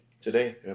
Today